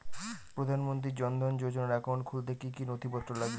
প্রধানমন্ত্রী জন ধন যোজনার একাউন্ট খুলতে কি কি নথিপত্র লাগবে?